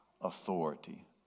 authority